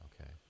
Okay